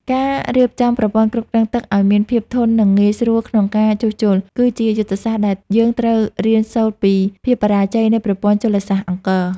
ការរៀបចំប្រព័ន្ធគ្រប់គ្រងទឹកឱ្យមានភាពធន់ និងងាយស្រួលក្នុងការជួសជុល គឺជាយុទ្ធសាស្ត្រដែលយើងត្រូវរៀនសូត្រពីភាពបរាជ័យនៃប្រព័ន្ធជលសាស្ត្រអង្គរ។